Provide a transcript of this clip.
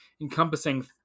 encompassing